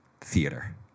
theater